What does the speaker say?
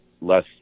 less